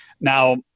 now